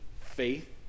faith